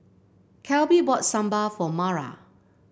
Kelby bought Sambar for Mara